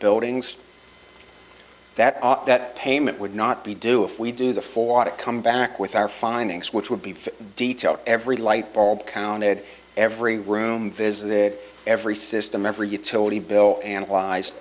buildings that that payment would not be due if we do the full water come back with our findings which would be detail every light bulb counted every room visit every system every utility bill analyze